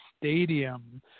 stadium